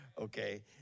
Okay